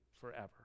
forever